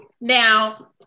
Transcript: now